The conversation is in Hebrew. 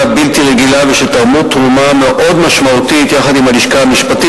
בלתי רגילה ושתרמו תרומה מאוד משמעותית יחד עם הלשכה המשפטית